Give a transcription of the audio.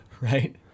Right